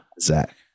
Zach